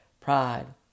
pride